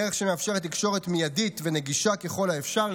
בדרך שמאפשרת תקשורת מיידית ונגישה ככל האפשר,